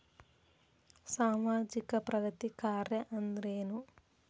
ಸಾಮಾಜಿಕ ಪ್ರಗತಿ ಕಾರ್ಯಾ ಅಂದ್ರೇನು?